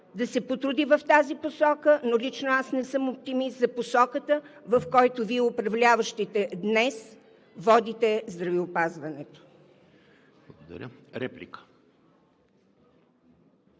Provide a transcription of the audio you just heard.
да се потруди в тази посока, но лично аз не съм оптимист за посоката, в която Вие – управляващите днес, водите здравеопазването. ПРЕДСЕДАТЕЛ